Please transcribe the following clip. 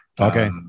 Okay